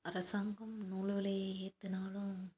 அரசாங்கம் நூலு விலையை ஏற்றுனாலும்